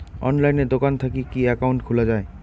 অনলাইনে দোকান থাকি কি একাউন্ট খুলা যায়?